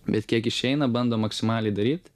bet kiek išeina bandom maksimaliai daryt